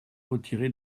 retirée